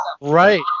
Right